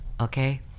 Okay